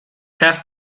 have